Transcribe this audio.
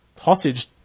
hostage